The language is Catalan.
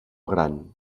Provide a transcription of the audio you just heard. gran